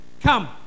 Come